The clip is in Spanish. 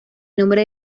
nombre